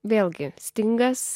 vėlgi stingas